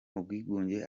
bwigunge